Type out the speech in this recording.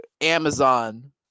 Amazon